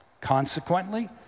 Consequently